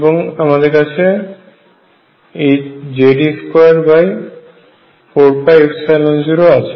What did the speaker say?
এবং আমদের কাছে Ze24π0 আছে